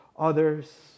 Others